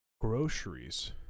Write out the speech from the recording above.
groceries